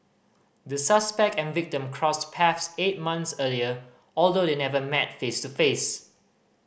the suspect and victim crossed paths eight months earlier although they never met face to face